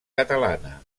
catalana